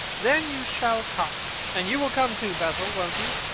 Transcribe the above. then you shall come and you will come, too, basil, won't you?